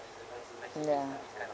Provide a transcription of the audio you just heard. ya